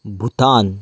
Bhutan